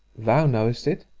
thou knowest it.